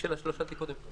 הייעוד שלה הוא גריטה,